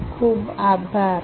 ખુબ ખુબ આભાર